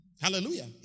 Hallelujah